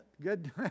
Good